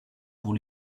pour